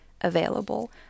available